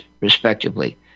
respectively